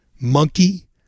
monkey